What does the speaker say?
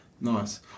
Nice